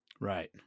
Right